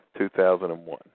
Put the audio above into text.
2001